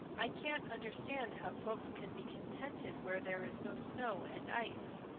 i can't understand how folks can be contented where there is no snow and ice.